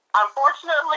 Unfortunately